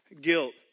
guilt